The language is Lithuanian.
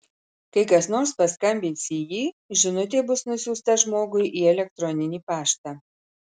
kai kas nors paskambins į jį žinutė bus nusiųsta žmogui į elektroninį paštą